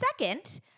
Second